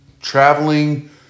traveling